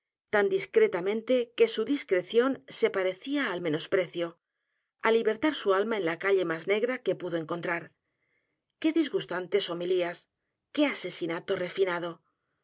poe tameiite que su discreción se parecía al menosprecio á libertar su alma en la calle más negra que pudo encontrar qué disgustantes h o m i l í a s qué asesinato refinado